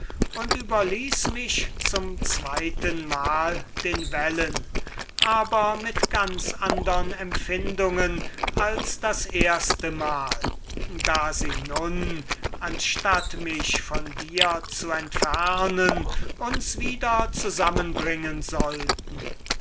und überließ mich zum zweitenmal den wellen aber mit ganz andern empfindungen als das erstemal da sie nun anstatt mich von dir zu entfernen uns wieder zusammen bringen sollten